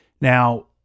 Now